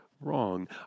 wrong